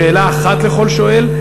שאלה אחת לכל שואל,